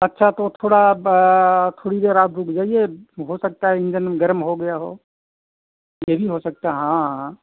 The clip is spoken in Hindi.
अच्छा तो थोड़ा थोड़ी देर आप रुक जाइए हो सकता है इन्जन गर्म हो गया हो यह भी हो सकता हाँ हाँ